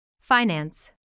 Finance